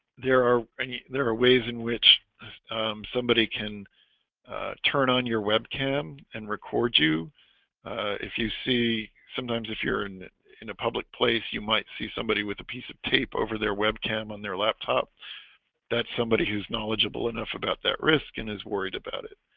there are there are ways in which somebody can turn on your webcam and record you if you see sometimes if you're in in a public place, you might see somebody with a piece of tape over their webcam on their laptop that's somebody who's knowledgeable enough about that risk and is worried about it